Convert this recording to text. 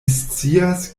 scias